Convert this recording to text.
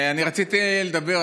אני רציתי לדבר,